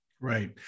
Right